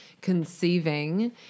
conceiving